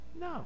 No